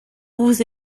vous